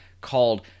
called